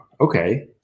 Okay